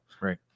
right